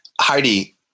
Heidi